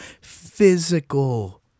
physical